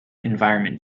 environment